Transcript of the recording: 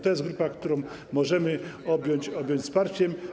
To jest grupa, którą możemy objąć wsparciem.